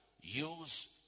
use